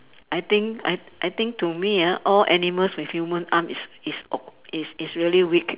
I think I I think to me ah all animals with human arm is is o~ is is really weak